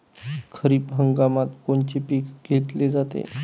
खरिप हंगामात कोनचे पिकं घेतले जाते?